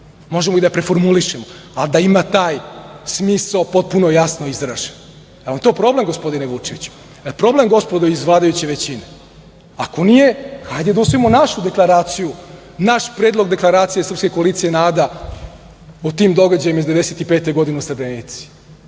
Možemo i da preformulišemo, ali da ima taj smisao potpuno jasno izražen. Da li je to problem, gospodine Vučeviću? Da li je problem, gospodo iz vladajuće većine? Ako nije, hajde da usvojimo našu deklaraciju, naš predlog deklaracije Srpske koalicije NADA o tim događajima iz 1995. godine u Srebrenici.